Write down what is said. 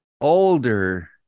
Older